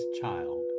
child